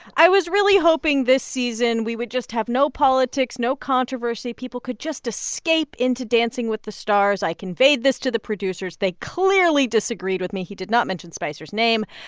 i was really hoping this season we would just have no politics, no controversy. people could just escape into dancing with the stars. i conveyed this to the producers. they clearly disagreed with me. he did not mention spicer's name.